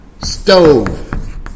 stove